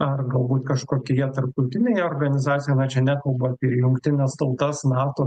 ar galbūt kažkokioje tarptautinėje organizacijoje na čia nekalbu apie jungtines tautas nato